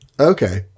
Okay